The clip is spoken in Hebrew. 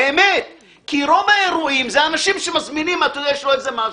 כי רוב האירועים שמזמינים כי יש להם משהו.